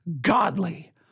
godly